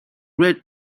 red